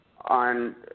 on